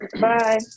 Bye